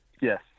Yes